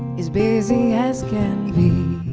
he's busy as can be